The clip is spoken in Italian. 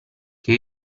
che